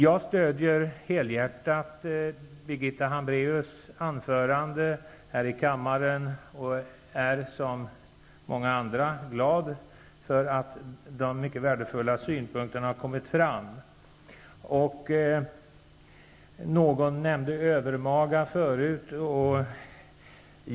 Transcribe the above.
Jag stödjer helhjärtat Birgitta Hambraeus anförande här i kammaren och är, som många andra glad för att hennes mycket värdefulla synpunkter har kommit fram. Någon nämnde övermaga tidigare i debatten.